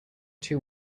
two